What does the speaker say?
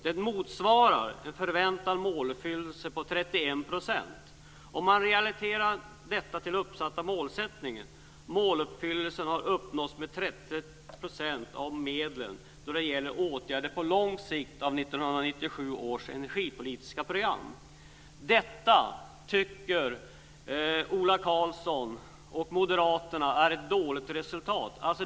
Det motsvarar en förväntad måluppfyllelse på 31 %, om man relaterar detta till den uppsatta målsättningen. Måluppfyllelsen har uppnåtts med 30 % av medlen då det gäller åtgärder på lång sikt av 1997 års energipolitiska program. Detta tycker Ola Karlsson och Moderaterna är ett dåligt resultat.